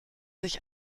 sich